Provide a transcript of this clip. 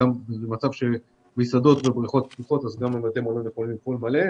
במצב שמסעדות ובריכות פתוחות אז גם בתי המלון יכולים לפעול מלא.